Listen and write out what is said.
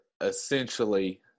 essentially